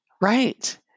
Right